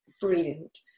Brilliant